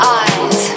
eyes